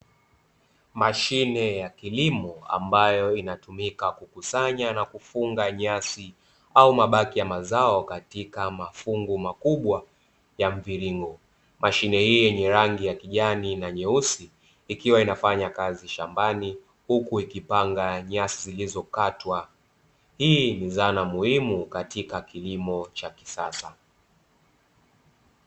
Mashine ya kilimo, ambayo inatumika kukusanya na kufunga nyasi au mabaki ya mazao katika mafungu makubwa ya mviringo mashine yeye ni rangi ya kijani na nyeusi, ikiwa inafanya kazi shambani, huku ikipanga nyasi zilizokatwa hii zana muhimu katika kilimo cha kisasa.